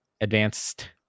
advanced